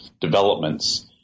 developments